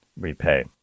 repay